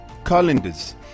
Calendars